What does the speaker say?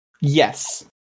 Yes